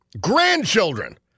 grandchildren